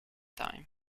time